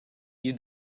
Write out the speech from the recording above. you